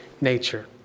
nature